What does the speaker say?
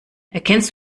erkennst